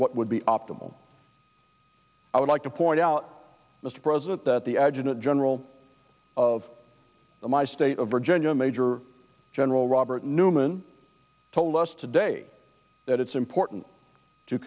what would be optimal i would like to point out mr president that the adjutant general of my state of virginia major general robert neumann told us today that it's important to